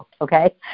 okay